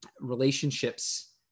Relationships